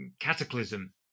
cataclysm